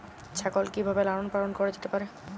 ছাগল কি ভাবে লালন পালন করা যেতে পারে?